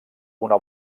una